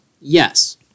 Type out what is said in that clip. yes